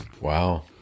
Wow